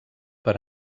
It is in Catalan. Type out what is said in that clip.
per